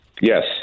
Yes